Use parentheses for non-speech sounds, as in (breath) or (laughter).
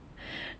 (breath)